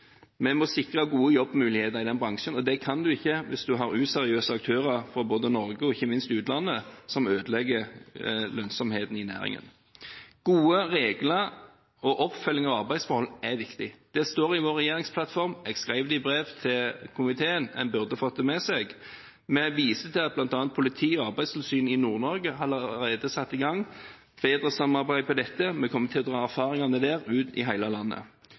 må sikre gode jobbmuligheter i bransjen, og det kan en ikke hvis en har useriøse aktører i både Norge og utlandet som ødelegger lønnsomheten i næringen. Gode regler og oppfølging av arbeidsforhold er også viktig. Det står i vår regjeringsplattform, jeg skrev det i brev til komiteen – en burde ha fått det med seg. Vi viser til at bl.a. politi og arbeidstilsyn i Nord-Norge allerede har satt i gang et samarbeid på dette. Vi kommer til å dra erfaringer fra det ut i hele landet.